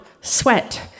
sweat